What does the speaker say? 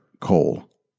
coal